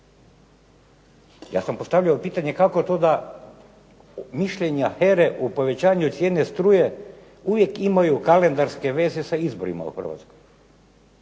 Ja sam postavljao pitanje kako to da mišljenja HERA-e u povećanju cijene struje uvijek imaju kalendarske veze sa izborima u Hrvatskoj.